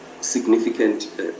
significant